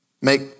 make